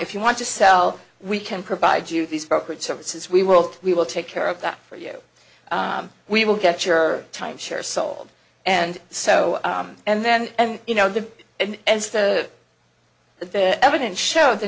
if you want to sell we can provide you these brokerage services we world we will take care of that for you we will get your timeshare sold and so on and then you know the the and the evidence shows the